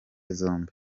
zombi